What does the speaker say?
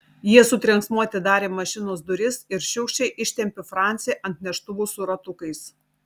jie su trenksmu atidarė mašinos duris ir šiurkščiai ištempė francį ant neštuvų su ratukais